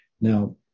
Now